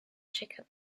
chickens